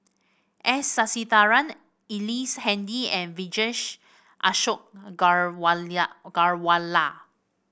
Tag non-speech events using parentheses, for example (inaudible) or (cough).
S Sasitharan Ellice Handy and Vijesh Ashok (unintelligible) Ghariwala